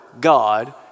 God